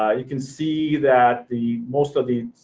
ah you can see that the most of the